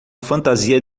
fantasia